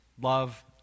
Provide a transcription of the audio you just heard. love